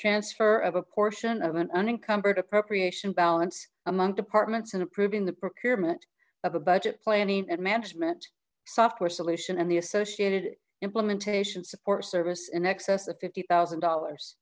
transfer of a portion of an unencumbered appropriation balance among departments in approving the procurement of a budget planning and management software solution and the associated implementation support service in excess of fifty thousand dollars